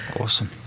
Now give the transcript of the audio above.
Awesome